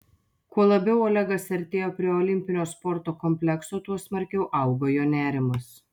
kuo labiau olegas artėjo prie olimpinio sporto komplekso tuo smarkiau augo jo nerimas